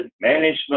management